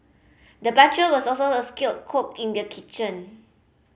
the butcher was also a skilled cook in the kitchen